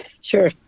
Sure